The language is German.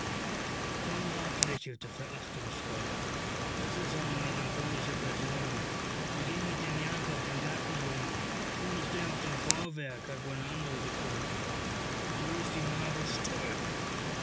konrad lächelte verachtungsvoll das is so ne melancholische person sie ging mit dem jakob dem gartenjungen nu is der auf dem vorwerk hat woll ne andere gefunden nu is die margusch toll